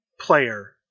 player